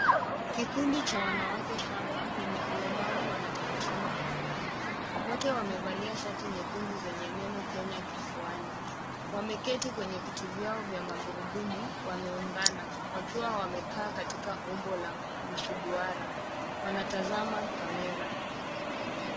Kikundi cha wanawake saba wenye ulemavu wanatabasamu kwa furaha, wote wamevalia shati nyekundu zenye neno Kenya kifuani. Wameketi kwenye viti vyao vya magurudumu wameungana wakiwa wamekaa katika umbo la nusu duara, wanatazama camera .